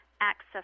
access